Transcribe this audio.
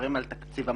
מספרים על תקציב המים.